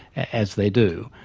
as they do,